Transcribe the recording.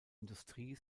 industrie